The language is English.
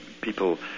People